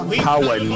power